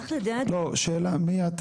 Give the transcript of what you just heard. לא, מי את?